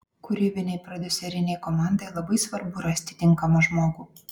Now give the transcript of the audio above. kūrybinei prodiuserinei komandai labai svarbu rasti tinkamą žmogų